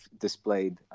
displayed